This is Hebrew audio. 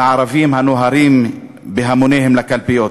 ל"ערבים הנוהרים בהמוניהם לקלפיות",